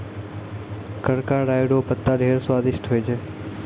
करका राय रो पत्ता ढेर स्वादिस्ट होय छै